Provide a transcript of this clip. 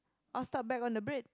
I'll start back on the Brit